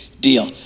deal